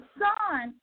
son